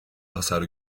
hasar